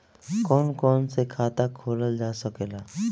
कौन कौन से खाता खोला जा सके ला?